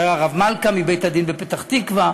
הרב מלכא מבית-הדין בפתח-תקווה,